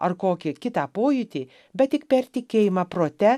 ar kokį kitą pojūtį bet tik per tikėjimą prote